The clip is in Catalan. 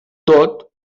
tot